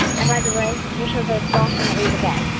and by the way, your shows are dolphin-itely the best